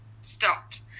stopped